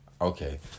okay